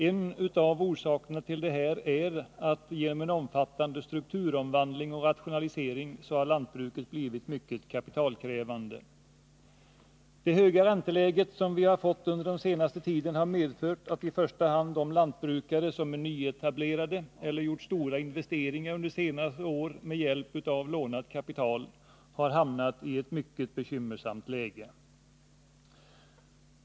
En av orsakerna till detta är att lantbruket genom en omfattande strukturomvandling och rationalisering blivit mycket kapitalkrävande. Det höga ränteläge som vi har fått under den senaste tiden har medfört att i första hand de lantbrukare som är nyetablerade eller som gjort stora investeringar under senare år med hjälp av lånat kapital har hamnat i ett mycket bekymmersamt läge.